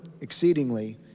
exceedingly